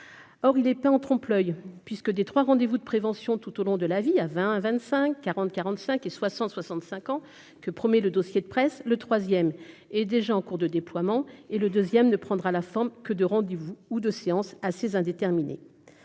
or il est peint en trompe oeil puisque des 3 rendez-vous de prévention tout au long de la vie à 20 à 25 40 45 et 60 65 ans que promet le dossier de presse, le 3ème est déjà en cours de déploiement et le deuxième ne prendra la forme que de rendez vous ou de séances assez indéterminé,